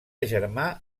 germà